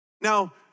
Now